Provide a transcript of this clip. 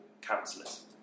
councillors